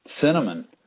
cinnamon